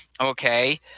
okay